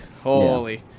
holy